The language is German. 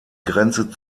grenze